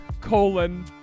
colon